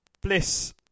Bliss